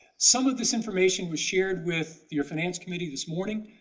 some of this information was shared with your finance committee this morning.